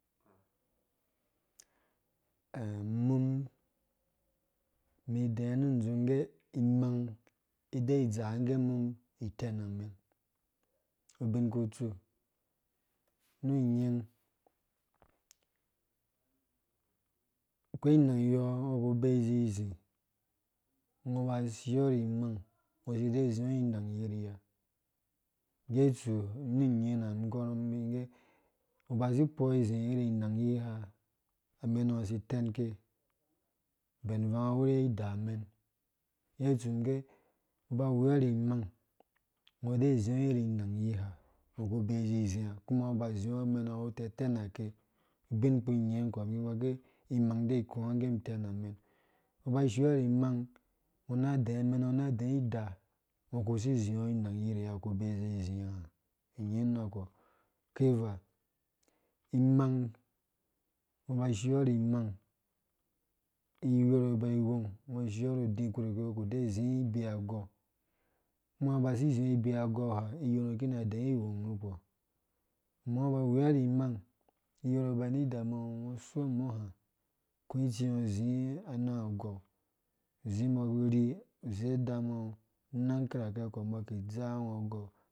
Umum idɛɛ nu ind zing nyye imang ideenge umum itenamɛn ubinkutsu nu nying akoi inangɔɔ ungo uku ubee zizi ungo uba ushirɔ ri imang ungo usi dee uziɔ inang yieye ngge isu nu nying ha umum iyɔr umbi nggɛ ungo ubasi ikpoɔ izi iri inang iyi ha amɛnhango si itenke ben ivang awuri idamen, ngge itsu umum ngge ungo uba uweɔri imang ungo udee uziɔ iri inang iyi ha ungo uku ubee izizia kuma ungo uku ubee amenango ewu tetenake ubin kpu nying kɔ migor ge imang idee ikuwangge umum itɛn amɛn ungo ba ushiɔri imang ungo na dɛɛ amɛɛna ngo na dɛɛ ida ungo uku si izi inang yirye ungo ku bee izizia inying nu kpɔ imang ungo uba ushia ri imang iyorhgo iba ighong ungo ushio ru udi kpurkpi ku dee uzi ibee agou ha iyorngo ki dɛɛ ighɔng rukpɔ ama ungo ba wea ni imang iyorhgɔ ba ni idama ungo, ungo utsu mɔ ha uku itsingo uzi anang agou, uzi umbɔ arhi se udama ungo, nang kirakɛ kɔ umbɔ ki idzaa ungo agou